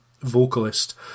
vocalist